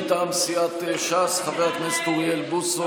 מטעם סיעת ש"ס, חבר הכנסת אוריאל בוסו.